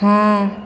हँ